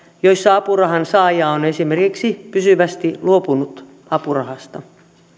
joissa apurahansaaja on esimerkiksi pysyvästi luopunut apurahasta